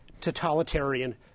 totalitarian